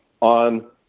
on